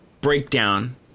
breakdown